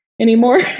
anymore